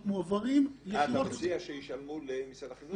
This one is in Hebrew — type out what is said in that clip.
אתה מציע שישלמו למשרד החינוך?